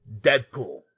Deadpool